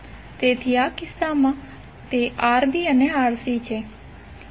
તેથી આ કિસ્સામાં તે Rb અને Rc છે